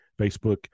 Facebook